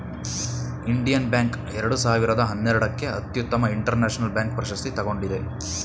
Indian bank ಎರಡು ಸಾವಿರದ ಹನ್ನೆರಡಕ್ಕೆ ಅತ್ಯುತ್ತಮ ಇಂಟರ್ನ್ಯಾಷನಲ್ ಬ್ಯಾಂಕ್ ಪ್ರಶಸ್ತಿ ತಗೊಂಡಿದೆ